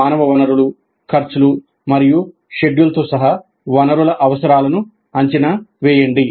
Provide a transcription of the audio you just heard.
మానవ వనరులు ఖర్చులు మరియు షెడ్యూల్తో సహా వనరుల అవసరాలను అంచనా వేయండి